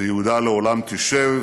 "ויהודה לעולם תשב